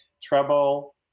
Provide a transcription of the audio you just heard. treble